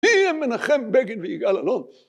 מיהם מנחם בגין ויגאל אלון